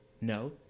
No